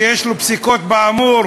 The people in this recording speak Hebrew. שיש לו פסיקות באמור,